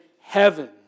heaven